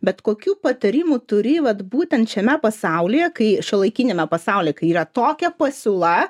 bet kokių patarimų turi vat būtent šiame pasaulyje kai šiuolaikiniame pasaulyje yra tokia pasiūla